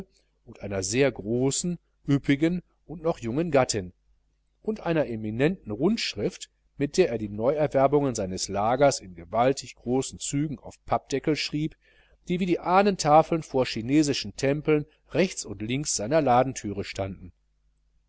meerschaumpfeife einer sehr großen üppigen und noch jungen gattin und einer eminenten rundschrift mit der er die neuerwerbungen seines lagers in gewaltig großen zügen auf pappendeckel schrieb die wie die ahnentafeln vor chinesischen tempeln rechts und links seiner ladenthüre standen